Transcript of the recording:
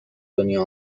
دنیا